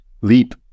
leap